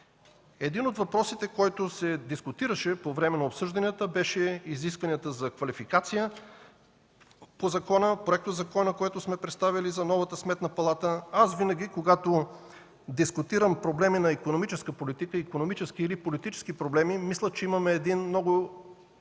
Един от въпросите, който се дискутираше по време на обсъжданията, беше изискването за квалификация по законопроекта, който сме представили за новата Сметна палата. Аз винаги, когато дискутирам проблеми на икономическа политика, икономически или политически проблеми, мисля, че имам много